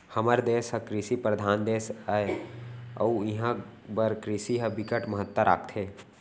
हमर देस ह कृषि परधान देस हे अउ इहां बर कृषि ह बिकट महत्ता राखथे